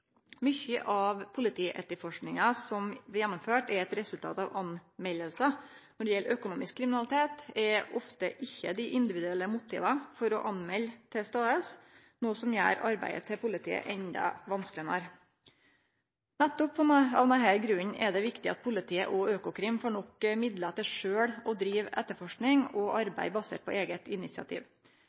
Mykje av politietterforskinga som blir gjennomført, er eit resultat av meldingar. Når det gjeld økonomisk kriminalitet, er ofte ikkje dei individuelle motiva for å melde til stades, noko som gjer arbeidet til politiet endå vanskelegare. Nettopp av denne grunnen er det viktig at politiet og Økokrim får nok midlar til sjølve å drive etterforsking og arbeid basert på eige initiativ.